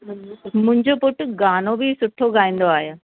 मुंहिंजो पुटु गानो बि सुठो ॻाईंदो आहे